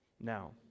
Now